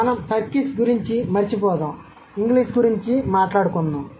కాబట్టి మనం టర్కిష్ గురించి మరచిపోదాం ఇంగ్లీష్ గురించి మాట్లాడుకుందాం